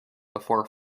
before